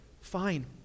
fine